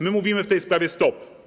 My mówimy w tej sprawie: stop.